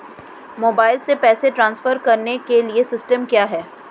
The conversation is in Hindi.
मोबाइल से पैसे ट्रांसफर करने के लिए सिस्टम क्या है?